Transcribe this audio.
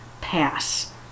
pass